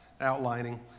outlining